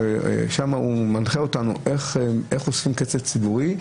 שם הוא מנחה אותנו איך אוספים כסף ציבורי,